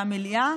המליאה?